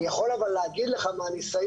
אני יכול להגיד לך מהניסיון,